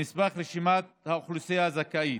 התשע"ד, בנספח רשימת האוכלוסיות הזכאיות.